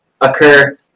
occur